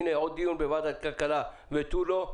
הנה עוד דיון בוועדת הכלכלה ותו לא,